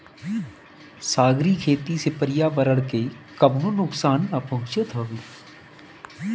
सागरी खेती से पर्यावरण के कवनो नुकसान ना पहुँचत हवे